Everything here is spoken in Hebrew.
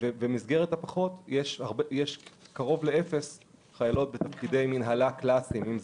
יש קרוב לאפס חיילות בתפקידי מינהלה קלאסיים.